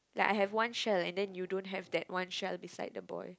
like I have one shell and then you don't have that one shell beside the boy